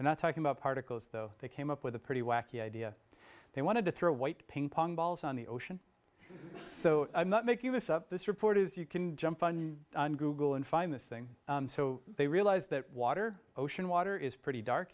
and not talking about particles though they came up with a pretty wacky idea they wanted to throw a white ping pong balls on the ocean so i'm not making this up this report is you can jump on google and find this thing so they realize that water ocean water is pretty dark